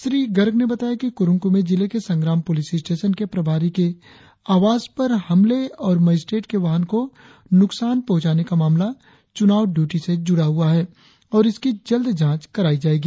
श्री गर्ग ने बताया कि कुरुंग कुमे जिले के संग्राम पुलिस स्टेशन के प्रभारी के आवास पर हमले और मजिस्ट्रेट के वाहन को नुकसान पहुंचाने का मामला चुनाव ड्यूटी से जुड़ा हुआ है और इसकी जल्द जांच करायी जायेगी